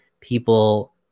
people